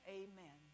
amen